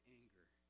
anger